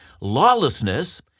lawlessness